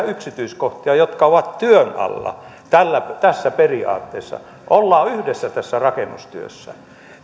yksityiskohtia jotka ovat tässä työn alla periaatteessa ollaan yhdessä tässä rakennustyössä